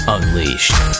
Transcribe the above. Unleashed